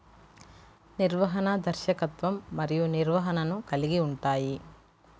నిర్వహణ, దర్శకత్వం మరియు నిర్వహణను కలిగి ఉంటాయి